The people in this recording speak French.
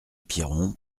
piron